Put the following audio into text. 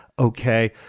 Okay